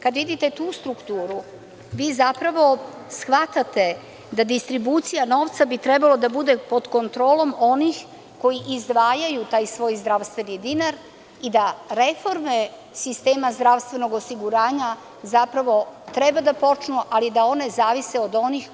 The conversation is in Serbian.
Kada vidite tu strukturu vi zapravo shvatate da distribucija novca bi trebalo da bude pod kontrolom onih koji izdvajaju taj svoj zdravstveni dinar i da reforme sistema zdravstvenog osiguranja zapravo treba da počnu, ali da one zavise od onih